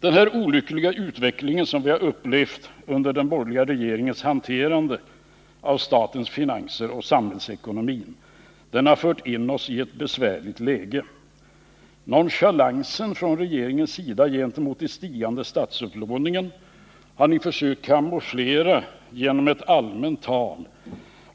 Den här olyckliga utvecklingen, som vi har upplevt under den borgerliga regeringens hantering av statsfinanserna och samhällsekonomin, har fört oss in i ett besvärligt läge. Nonchalansen från regeringens sida gentemot den stigande statsupplåningen har ni försökt camouflera genom ett allmänt tal